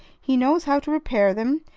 he knows how to repair them,